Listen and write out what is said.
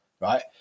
right